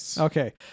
Okay